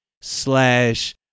slash